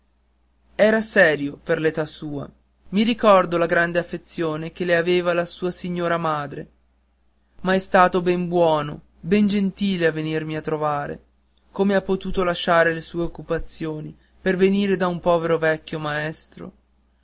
era serio per l'età sua i ricordo la grande affezione che le aveva la sua signora madre ma è stato ben buono ben gentile a venirmi a trovare come ha potuto lasciare le sue occupazioni per venire da un povero vecchio maestro